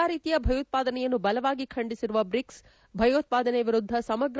ಎಲ್ಲ ರೀತಿಯ ಭಯೋತ್ಪಾದನೆಯನ್ನು ಬಲವಾಗಿ ಖಂಡಿಸಿರುವ ಬ್ರಿಕ್ಸ್ ಭಯೋತ್ಪಾದನೆ ವಿರುದ್ದ ಸಮಗ್ರ